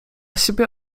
siebie